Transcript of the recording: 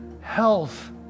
health